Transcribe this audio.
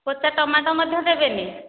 ପଚା ଟମାଟୋ ମଧ୍ୟ ଦେବେନି